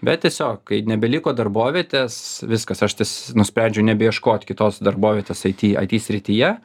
bet tiesiog kai nebeliko darbovietės viskas aš ties nusprendžiau nebeieškot kitos darbovietės it it srityje